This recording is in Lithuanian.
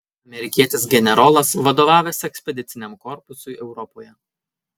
amerikietis generolas vadovavęs ekspediciniam korpusui europoje